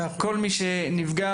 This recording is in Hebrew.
כל מי שנפגע.